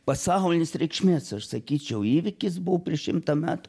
pasaulinės reikšmės aš sakyčiau įvykis buvo prieš šimtą metų